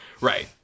Right